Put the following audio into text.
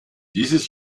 dieses